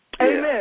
Amen